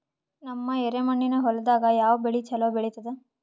ನಮ್ಮ ಎರೆಮಣ್ಣಿನ ಹೊಲದಾಗ ಯಾವ ಬೆಳಿ ಚಲೋ ಬೆಳಿತದ?